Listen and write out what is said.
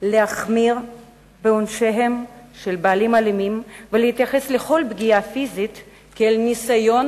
להחמיר בעונשיהם של בעלים אלימים ולהתייחס לכל פגיעה פיזית כאל ניסיון